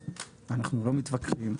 התשפ"ב-2021.